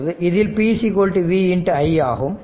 இதில் p v i ஆகும்